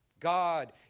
God